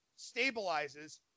stabilizes